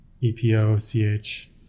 E-P-O-C-H